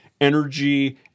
energy